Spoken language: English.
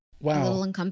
wow